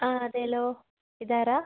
ആ അതേലോ ഇതാരാ